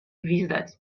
gwizdać